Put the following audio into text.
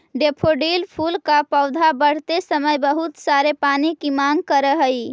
daffodil फूल का पौधा बढ़ते समय बहुत सारे पानी की मांग करअ हई